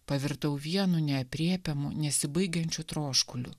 pavirtau vienu neaprėpiamu nesibaigiančiu troškuliu